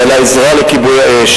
ועל העזרה לכיבוי האש,